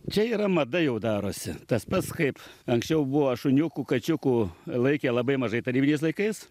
čia yra mada jau darosi tas pats kaip anksčiau buvo šuniukų kačiukų laikė labai mažai tarybiniais laikais